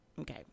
Okay